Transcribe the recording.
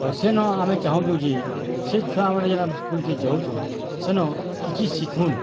ଆଉ ସେନ ଆମେ ଚାହୁଁଛୁ ଯେ ସେ ଛୁଆ ମାନେ ଯେନ୍ ସ୍କୁଲ୍କେ ଯାଉଛନ୍ ସେନ କିଛି ସିଖୁନ୍